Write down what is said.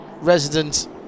resident